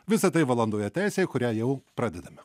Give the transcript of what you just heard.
visa tai valandoje teisėje kurią jau pradedame